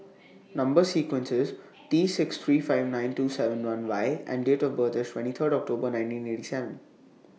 Number sequence IS T six three five nine two seven one Y and Date of birth IS twenty Third October nineteen eighty seven